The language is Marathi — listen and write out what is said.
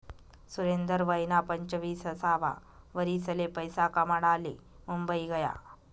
सुरेंदर वयना पंचवीससावा वरीसले पैसा कमाडाले मुंबई गया